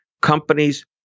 Companies